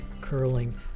curling